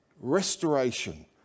restoration